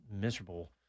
miserable